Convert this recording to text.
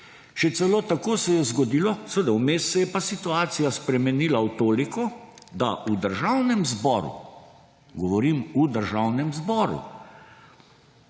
Še celo tako se je zgodilo – seveda, vmes se je situacija spremenila v toliko, da v Državnem zboru, pravim, v Državnem zboru,